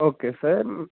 okay sir